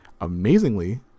amazingly